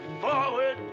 forward